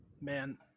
man